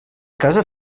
casa